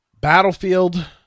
Battlefield